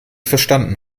verstanden